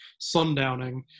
sundowning